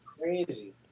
crazy